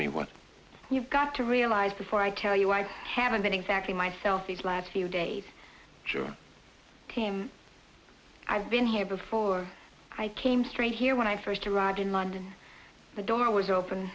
me what you've got to realize before i tell you why i haven't been exactly myself these last few days sure came i've been here before i came straight here when i first arrived in london the door was open